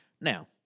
Now